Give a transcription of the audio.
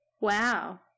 Wow